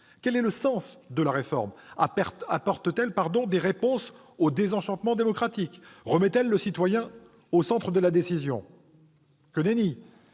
Quel est le sens de cette réforme ? Apporte-t-elle des réponses au désenchantement démocratique ? Remet-elle le citoyen au centre de la décision ? Que nenni !